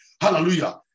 Hallelujah